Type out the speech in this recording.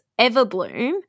Everbloom